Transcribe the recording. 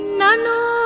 Nano